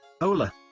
Hola